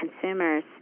consumers